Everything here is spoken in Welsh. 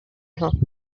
nhw